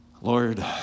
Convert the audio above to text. Lord